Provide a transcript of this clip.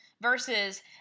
versus